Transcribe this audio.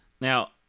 Now